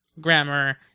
grammar